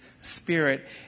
Spirit